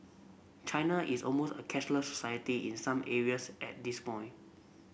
China is almost a cashless society in some areas at this point